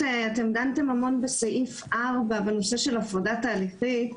אתם דנתם המון בסעיף (4), בנושא של הפרדה תהליכית.